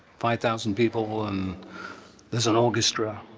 five thousand people and there's an orchestra.